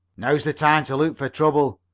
now's the time to look for trouble,